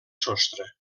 sostre